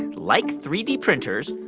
and like three d printers,